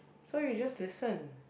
so you just listen